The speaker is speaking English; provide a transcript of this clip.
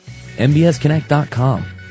MBSConnect.com